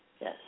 Yes